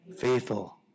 Faithful